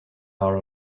our